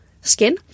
skin